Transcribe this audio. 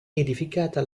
edificata